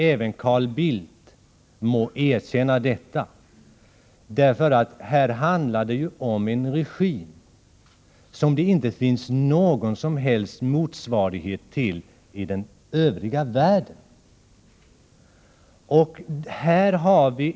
Även Carl Bildt må erkänna det. Här handlar det ju om en regim som det inte finns någon som helst motsvarighet till i den övriga världen.